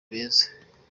beza